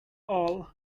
all